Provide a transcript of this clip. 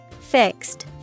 Fixed